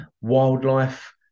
wildlife